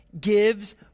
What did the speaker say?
gives